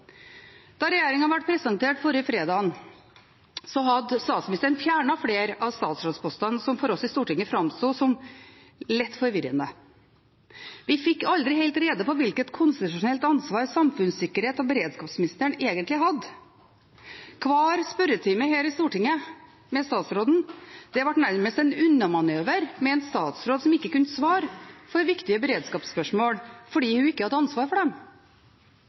Da regjeringen ble presentert forrige fredag, hadde statsministeren fjernet flere av de statsrådspostene som for oss i Stortinget framsto som lett forvirrende. Vi fikk aldri helt rede på hvilket konstitusjonelt ansvar samfunnssikkerhets- og beredskapsministeren egentlig hadde. Hver spørretime her i Stortinget med statsråden ble nærmest en unnamanøver, med en statsråd som ikke kunne svare for viktige beredskapsspørsmål fordi hun ikke hadde ansvar for dem.